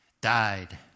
died